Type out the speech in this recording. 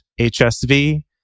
HSV